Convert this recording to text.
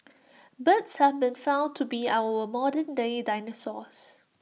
birds have been found to be our modernday dinosaurs